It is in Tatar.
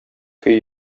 көй